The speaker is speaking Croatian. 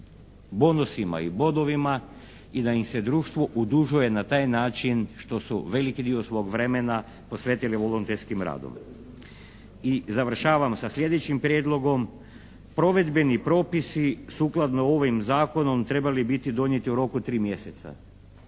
i da im se društvo odužuje na taj način što su veliki dio svog vremena posvetili volonterskim radom. I završavam sa sljedećim prijedlogom, provedbeni propisi sukladno ovim Zakonom trebali biti donijeti u roku 3 mjeseca.